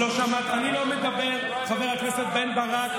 לא שמעת שום דבר.